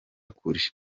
kure